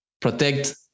protect